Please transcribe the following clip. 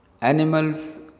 Animals